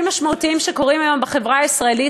משמעותיים שקורים היום בחברה הישראלית.